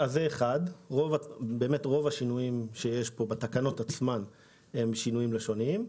רוב השינויים בתקנות הם לשוניים.